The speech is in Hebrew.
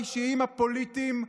האישים הפוליטיים.